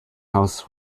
house